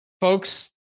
folks